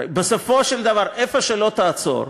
הרי בסופו של דבר, איפה שלא תעצור,